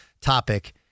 topic